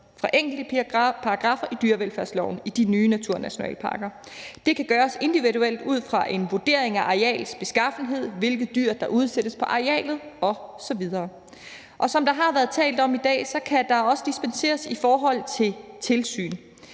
fra enkelte paragraffer i dyrevelfærdsloven i de nye naturnationalparker. Det kan gøres individuelt ud fra en vurdering af arealets beskaffenhed, hvilke dyr der udsættes på arealet osv. Og som der har været talt om i dag, kan der også dispenseres i forhold til tilsyn.